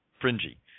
fringy